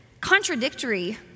contradictory